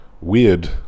weird